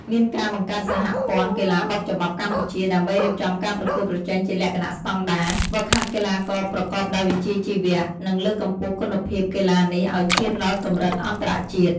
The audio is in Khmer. មានការបង្កើតសហព័ន្ធកីឡាបោកចំបាប់កម្ពុជា ដើម្បីរៀបចំការប្រកួតប្រជែងជាលក្ខណៈស្តង់ដារ ហ្វឹកហាត់កីឡាករប្រកបដោយវិជ្ជាជីវៈ និងលើកកម្ពស់គុណភាពកីឡានេះឲ្យឈានដល់កម្រិតអន្តរជាតិ។